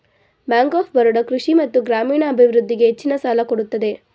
bank of Baroda ಕೃಷಿ ಮತ್ತು ಗ್ರಾಮೀಣ ಅಭಿವೃದ್ಧಿಗೆ ಹೆಚ್ಚಿನ ಸಾಲ ಕೊಡುತ್ತದೆ